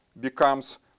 becomes